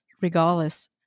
regardless